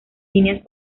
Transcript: líneas